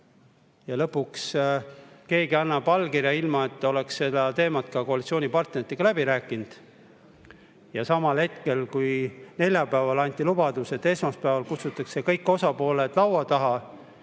Ja lõpuks annab keegi allkirja, ilma et oleks seda teemat koalitsioonipartneritega läbi rääkinud. Ja samal ajal, kui neljapäeval anti lubadus, et esmaspäeval kutsutakse kõik osapooled laua taha